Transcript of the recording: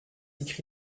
écrit